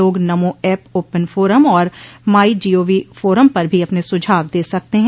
लोग NaMo app open forum और my GOV forum पर भी अपने सुझाव दे सकते हैं